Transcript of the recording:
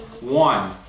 One